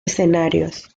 escenarios